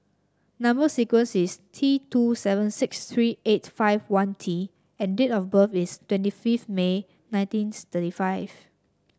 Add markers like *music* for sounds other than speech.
number sequence is T two seven six three eight five one T and date of birth is twenty fifth May nineteen *unintelligible* thirty five